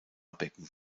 becken